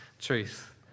truth